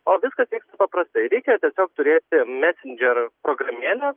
o viskas vyks paprastai reikia tiesiog turėti messenger programėlę